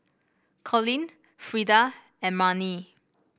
Colin Frida and Marnie